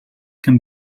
can